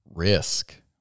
Risk